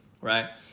right